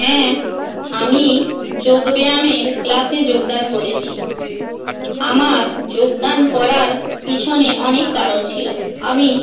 হ্যাঁ আমি যোগ ব্যায়ামের ক্লাসে যোগদান করেছি আমার যোগদান করার পিছনে অনেক কারণ ছিলো আমি